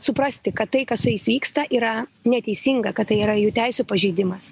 suprasti kad tai kas su jais vyksta yra neteisinga kad tai yra jų teisių pažeidimas